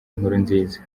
nkurunziza